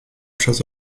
przez